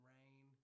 Rain